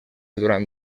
durant